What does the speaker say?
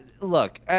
look